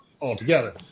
altogether